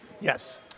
Yes